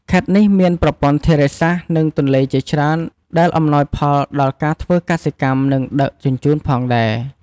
ខេត្តនេះមានប្រព័ន្ធធារាសាស្ត្រ និងទន្លេជាច្រើនដែលអំណោយផលដល់ការធ្វើកសិកម្ម និងដឹកជញ្ជូនផងដែរ។